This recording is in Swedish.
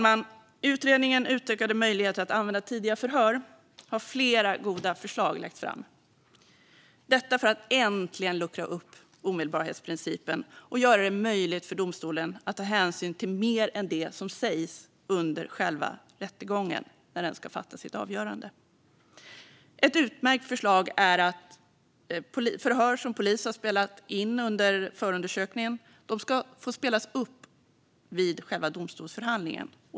I propositionen Utökade möjligheter att använda tidiga förhör har flera goda förslag lagts fram för att äntligen luckra upp omedelbarhetsprincipen och göra det möjligt för domstolen att ta hänsyn till mer än det som sägs under själva rättegången när den ska fatta sitt avgörande. Ett utmärkt förslag är att förhör som polis har spelat in under förundersökningen ska få spelas upp vid själva domstolsförhandlingen.